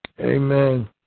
Amen